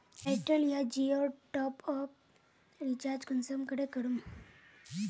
Airtel या जियोर top up recharge कुंसम करे करूम?